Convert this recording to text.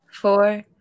four